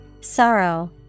Sorrow